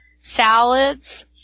salads